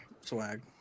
Swag